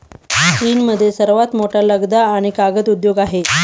चीनमध्ये सर्वात मोठा लगदा आणि कागद उद्योग आहे